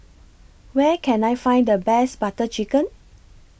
Where Can I Find The Best Butter Chicken